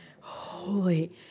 holy